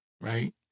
right